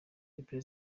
mpera